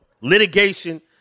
Litigation